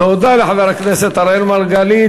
תודה לחבר הכנסת אראל מרגלית.